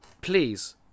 please